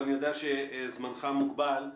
אני יודע שזמנך מוגבל.